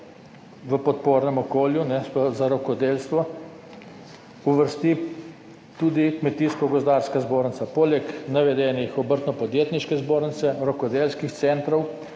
v podpornem okolju za rokodelstvo uvrsti tudi Kmetijsko gozdarska zbornica, poleg navedenih Obrtno podjetniške zbornice, rokodelskih centrov,